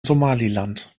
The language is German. somaliland